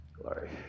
Glory